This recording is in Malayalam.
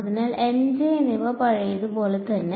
അതിനാൽ M J എന്നിവ പഴയതുപോലെ തന്നെ